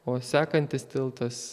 o sekantis tiltas